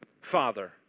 Father